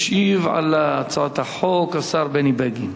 ישיב על הצעת החוק השר בני בגין.